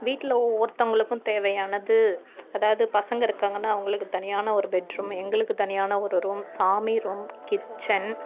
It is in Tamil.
வீட்டில் ஒவ்வொருத்தங்களுக்கும் தேவையானது அதாவது பசங்க இருக்காங்கனா அவங்களுக்கு தனியான ஒரு பெட் ரூம் எங்களுக்கு தனியான ஒரு ரூம் சாமி ரூம் கிச்சன்